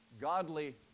Godly